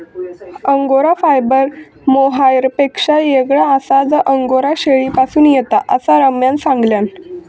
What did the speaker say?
angora fibre मोहायरपेक्षा येगळा आसा जा अंगोरा शेळीपासून येता, असा रम्यान सांगल्यान